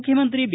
ಮುಖ್ಯಮಂತ್ರಿ ಬಿ